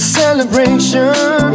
celebration